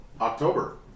October